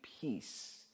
peace